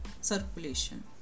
circulation